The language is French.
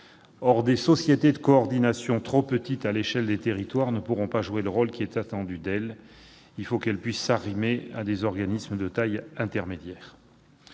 Or des sociétés de coordination trop petites à l'échelle des territoires ne pourront pas jouer le rôle qui est attendu d'elles. Il faut qu'elles puissent s'arrimer à des organismes de taille intermédiaire.